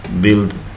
build